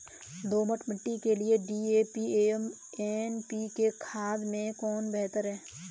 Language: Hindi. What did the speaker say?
दोमट मिट्टी के लिए डी.ए.पी एवं एन.पी.के खाद में कौन बेहतर है?